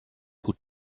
who